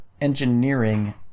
engineering